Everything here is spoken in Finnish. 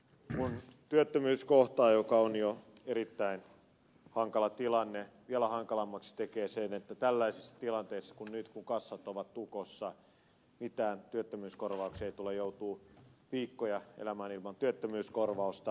kun työttömyys kohtaa on jo erittäin hankala tilanne ja vielä hankalammaksi sen tekee se että tällaisissa tilanteissa kuin nyt kun kassat ovat tukossa mitään työttömyyskorvauksia ei tule joutuu viikkoja elämään ilman työttömyyskorvausta